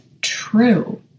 true